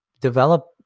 develop